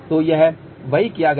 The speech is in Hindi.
तो यह वही किया गया है